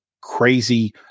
crazy